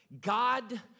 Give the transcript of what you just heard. God